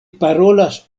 parolas